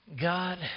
God